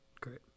Great